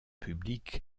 publiques